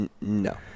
No